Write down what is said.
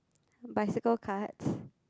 bicycle cards